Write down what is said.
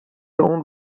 اون